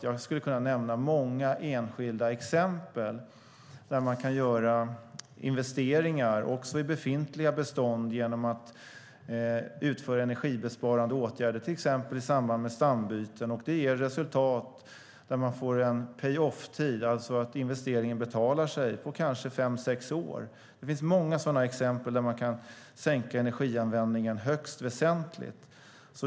Jag skulle kunna nämna många enskilda exempel där man kan göra investeringar också i befintliga bestånd genom att utföra energibesparande åtgärder till exempel i samband med stambyten. Det ger resultat där man får en payoff-tid, det vill säga att investeringen betalar sig, på kanske fem sex år. Det finns många sådana exempel där man kan sänka energianvändningen högst väsentligt.